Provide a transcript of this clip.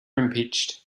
impeached